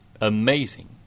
amazing